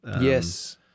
yes